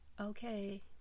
okay